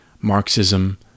Marxism